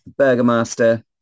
Burgermaster